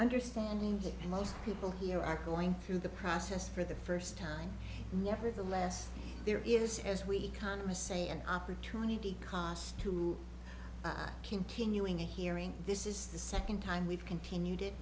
understanding and most people here are going through the process for the first time never the less there is as we can to say an opportunity cost to continuing a hearing this is the second time we've continued it